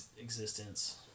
existence